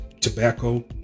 tobacco